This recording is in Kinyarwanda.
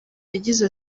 yagize